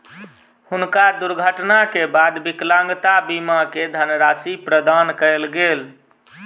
हुनका दुर्घटना के बाद विकलांगता बीमा के धनराशि प्रदान कयल गेल